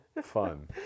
fun